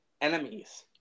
enemies